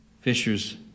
fishers